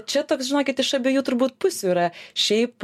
čia toks žinokit iš abiejų turbūt pusių yra šiaip